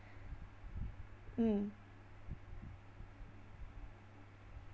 mm